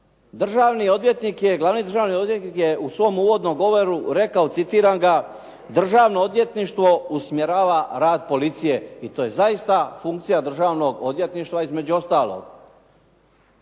državni odvjetnik je u svom uvodnom govoru rekao, citiram ga: "Državno odvjetništvo usmjerava rad policije". I to je zaista funkcija državnog odvjetništva između ostalog.